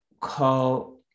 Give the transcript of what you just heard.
call